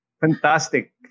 Fantastic